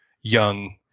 young